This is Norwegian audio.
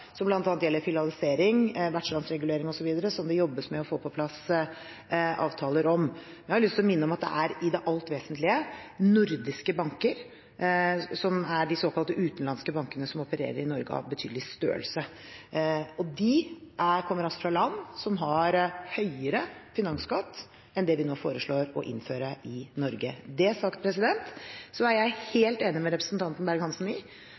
som bl.a. gjelder filialisering, vertslandsregulering osv., som det jobbes med for å få på plass avtaler om. Jeg har lyst til å minne om at det i det alt vesentlige er nordiske banker som er de såkalt utenlandske bankene av betydelig størrelse som opererer i Norge. De kommer altså fra land som har høyere finansskatt enn det vi nå foreslår å innføre i Norge. Med det sagt er jeg helt enig med representanten Berg-Hansen i at den verdien våre lokale sparebanker representerer rundt omkring i